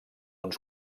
uns